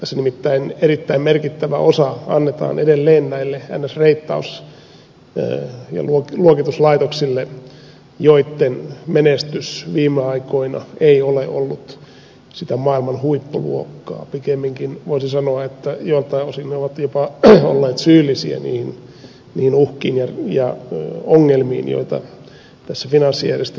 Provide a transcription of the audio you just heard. tässä nimittäin erittäin merkittävä osa annetaan edelleen näille niin sanotuille reittaus ja luokituslaitoksille joitten menestys viime aikoina ei ole ollut sitä maailman huippuluokkaa pikemminkin voisi sanoa että joiltain osin ne ovat olleet jopa syyllisiä niihin uhkiin ja ongelmiin joita finanssijärjestelmässämme on esiintynyt